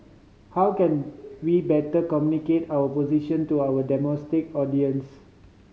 how can we better communicate our position to our domestic audience